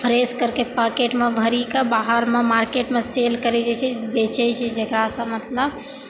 fresh करके पॉकिटमे भरिके बाहरमे मार्केटमे सेल करि जाइ छै बेचै छै जकरासँ मतलब